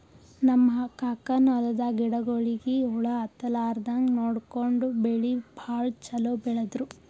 ನಮ್ ಕಾಕನ್ ಹೊಲದಾಗ ಗಿಡಗೋಳಿಗಿ ಹುಳ ಹತ್ತಲಾರದಂಗ್ ನೋಡ್ಕೊಂಡು ಬೆಳಿ ಭಾಳ್ ಛಲೋ ಬೆಳದ್ರು